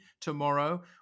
tomorrow